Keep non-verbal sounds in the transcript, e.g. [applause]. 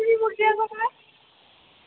[unintelligible]